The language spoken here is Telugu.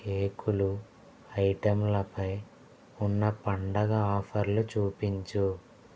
కేకులు ఐటెంలపై ఉన్న పండగ ఆఫర్లు చూపించు